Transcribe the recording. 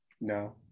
No